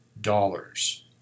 dollars